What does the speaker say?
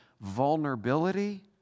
vulnerability